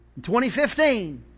2015